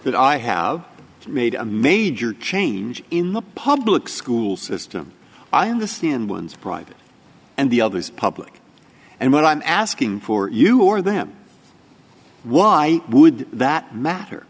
that i have made a major change in the public school system i understand one's private and the other is public and what i'm asking for you or them why would that matter